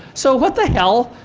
so what the hell?